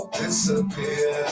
disappear